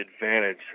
advantage